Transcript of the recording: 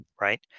right